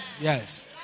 Yes